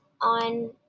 on